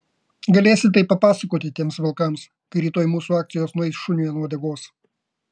galėsi tai papasakoti tiems vilkams kai rytoj mūsų akcijos nueis šuniui ant uodegos